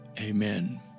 Amen